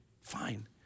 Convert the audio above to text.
fine